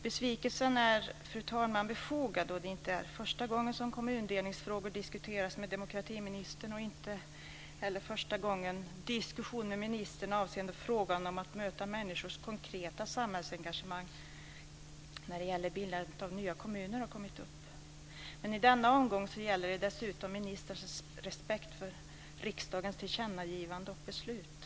Besvikelsen är befogad då det inte är första gången som kommundelningsfrågor diskuteras med demokratiministern och heller inte första gången diskussionen förs med ministern avseende frågan att möta människors konkreta samhällsengagemang vid bildandet av nya kommuner. I denna omgång gäller det dessutom ministern respekt för riksdagens tillkännagivande och beslut.